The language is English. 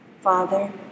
father